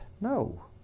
No